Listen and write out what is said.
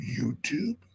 YouTube